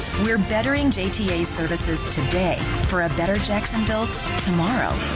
we're bettering jta services today, for a better jacksonville tomorrow.